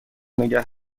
نگه